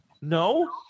No